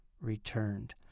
returned